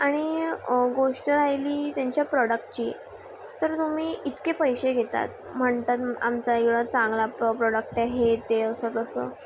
आणि गोष्ट राहिली त्यांच्या प्रॉडक्टची तर तुम्ही इतके पैशे घेतात म्हणतात आमचा इकडं चांगला प्रॉडक्ट हे ते असं तसं